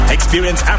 Experience